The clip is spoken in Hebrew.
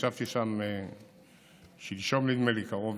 ישבתי שם שלשום, נדמה לי, קרוב